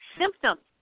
symptoms